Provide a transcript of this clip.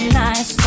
nice